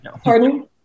Pardon